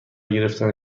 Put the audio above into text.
گرفتن